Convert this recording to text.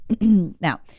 Now